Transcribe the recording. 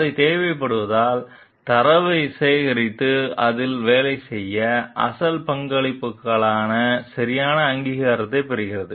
அது தேவைப்படுவதால் தரவைச் சேகரித்து அதில் வேலை செய்த அசல் பங்களிப்புக்கான சரியான அங்கீகாரத்தைப் பெறுகிறது